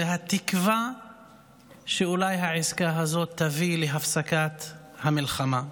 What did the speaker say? זה התקווה שאולי העסקה הזאת תביא להפסקת המלחמה.